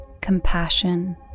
compassion